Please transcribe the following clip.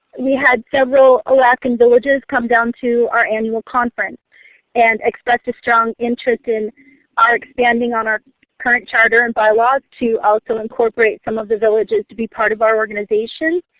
we had several alaskan villages come down to our annual conference and expressed a strong interest in our expanding our current charter and bylaws to also incorporate some of the villages to be part of our organization.